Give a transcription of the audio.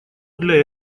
для